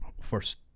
First